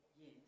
Yes